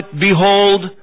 Behold